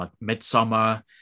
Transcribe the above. *Midsummer*